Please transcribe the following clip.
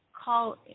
call